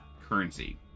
currency